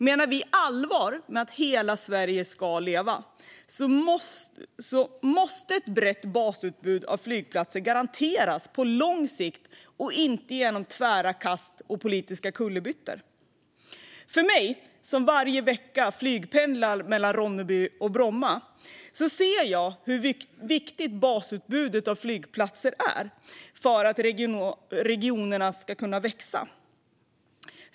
Menar vi allvar med att hela Sverige ska leva måste ett brett basutbud av flygplatser garanteras på lång sikt och inte hanteras med tvära kast och politiska kullerbyttor. Jag som varje vecka flygpendlar mellan Ronneby och Bromma ser hur viktigt basutbudet av flygplatser är för att regionerna ska kunna växa.